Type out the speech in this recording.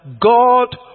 God